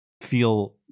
feel